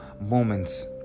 moments